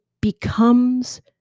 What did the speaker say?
becomes